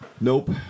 Nope